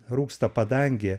rūksta padangė